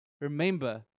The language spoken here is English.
remember